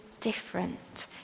different